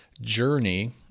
journey